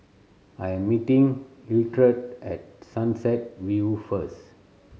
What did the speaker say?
I am meeting Hildred at Sunset View first